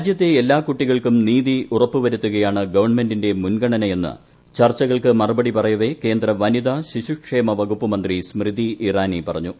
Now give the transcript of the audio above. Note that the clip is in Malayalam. രാജ്യത്തെ എല്ലാ കുട്ടികൾക്കും നീതി ഉറപ്പു വരുത്തുകയാണ് ഗവൺമെന്റിന്റെ മുൻഗണന എന്ന് ചർച്ചുകൾക്ക് മറുപടി പറയവേ കേന്ദ്ര വനിതാ ശിശു ക്ഷേമ വകുപ്പ് മന്ത്രി സ്മൃതി ഇറാനി പറഞ്ഞു